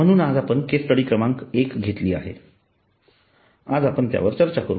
म्हणून आज आपण केस स्टडी क्रमांक 1 घेतली आहे आज आपण त्यावर चर्चा करू